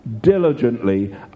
diligently